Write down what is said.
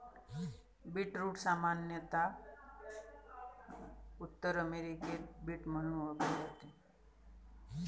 beetroot सामान्यत उत्तर अमेरिकेत बीट म्हणून ओळखले जाते